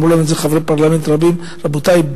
אמרו לנו את זה חברי פרלמנט רבים: רבותי,